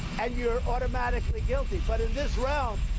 and you're automatically guilty. but in this realm,